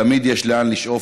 תמיד יש לאן לשאוף,